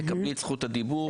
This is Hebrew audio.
תקבלי את זכות הדיבור.